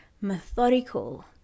methodical